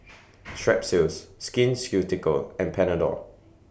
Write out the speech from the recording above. Strepsils Skin Ceuticals and Panadol